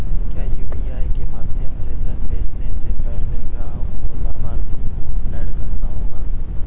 क्या यू.पी.आई के माध्यम से धन भेजने से पहले ग्राहक को लाभार्थी को एड करना होगा?